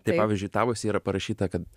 tai pavyzdžiui tabuose yra parašyta kad